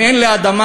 אם אין לי אדמה,